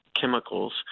chemicals